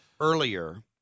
earlier